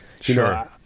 Sure